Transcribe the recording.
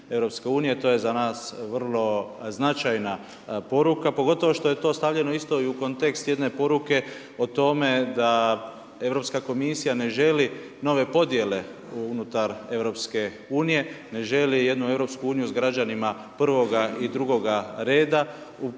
To je za nas vrlo značajna poruka pogotovo što je to stavljeno isto i u kontekst jedne poruke o tome da Europska komisija ne želi nove podjele unutar EU, ne želi jednu EU s građanima prvoga i drugoga reda.